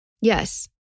Yes